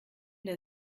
der